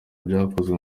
byakozwe